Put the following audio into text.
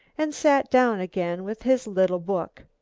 and sat down again with his little book.